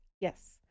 Yes